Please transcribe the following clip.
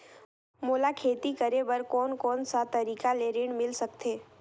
मोला खेती करे बर कोन कोन सा तरीका ले ऋण मिल सकथे?